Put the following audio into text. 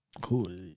Cool